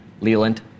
Leland